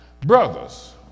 Brothers